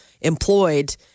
employed